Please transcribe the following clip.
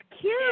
cute